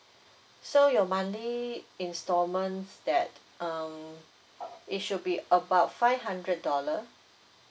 so your monthly installment that um it should be about five hundred dollar